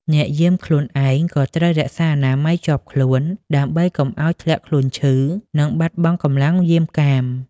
អ្នកយាមខ្លួនឯងក៏ត្រូវរក្សាអនាម័យជាប់ខ្លួន ដើម្បីកុំឱ្យធ្លាក់ខ្លួនឈឺ និងបាត់បង់កម្លាំងយាមកាម។